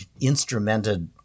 instrumented